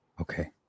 Okay